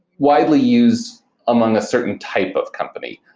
widely used among a certain type of company.